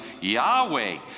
Yahweh